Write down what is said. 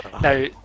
Now